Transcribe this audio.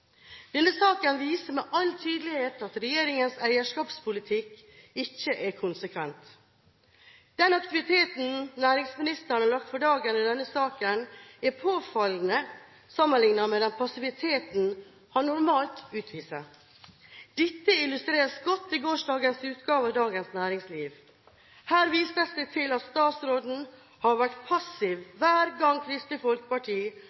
Denne saken viser med all tydelighet at regjeringens eierskapspolitikk ikke er konsekvent. Den aktiviteten næringsministeren har lagt for dagen i denne saken, er påfallende, sammenlignet med den passiviteten han normalt utviser. Dette illustreres godt i gårsdagens utgave av Dagens Næringsliv. Her vises det til at statsråden har vært